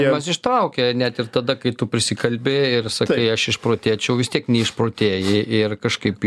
jos ištraukia net ir tada kai tu prisikalbi ir sakai aš išprotėčiau vis tiek neišprotėjai ir kažkaip